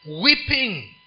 weeping